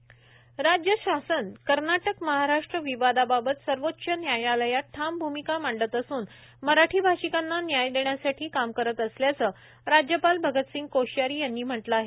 राज्यपाल अभिभाषण राज्य शासन कर्नाटक महाराष्ट्र विवादाबाबत सर्वोच्च न्यायालयात ठाम भूमिका मांडत असून मराठी भाषिकांना न्याय देण्यासाठी काम करत असल्याचं राज्यपाल भगतसिंह कोश्यारी यांनी म्हटलं आहे